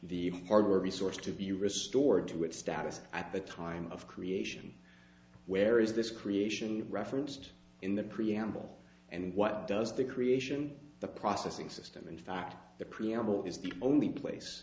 the hardware resource to be restored to its status at the time of creation where is this creation referenced in the preamble and what does the creation the processing system in fact the emmel is the only place